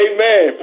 Amen